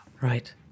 Right